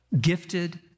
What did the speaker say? gifted